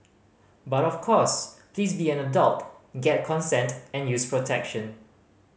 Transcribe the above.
but of course please be an adult get consent and use protection